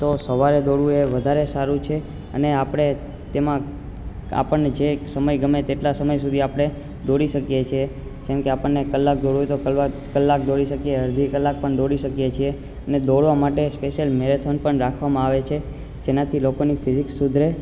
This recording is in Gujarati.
તો સવારે દોડવું એ વધારે સારું છે અને આપણે તેમાં આપણને જે સમય ગમે તેટલા સમય સુધી આપણે દોડી શકીએ છીએ જેમકે આપણને કલાક દોડવું હોય તો કલાક કલાક દોડી શકીએ અડધી કલાક પણ દોડી શકીએ છીએ અને દોડવા માટે સ્પેસયલ મેરેથોન પણ રાખવામાં આવે છે જેનાથી લોકોની ફિજિકસ સુધરે